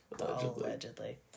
allegedly